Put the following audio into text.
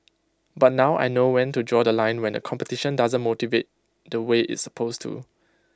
but now I know when to draw The Line when the competition doesn't motivate the way it's supposed to